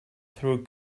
through